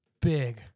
big